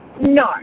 No